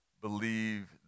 believe